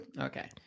Okay